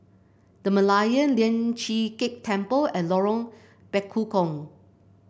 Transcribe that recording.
The Merlion Lian Chee Kek Temple and Lorong Bekukong